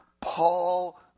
Paul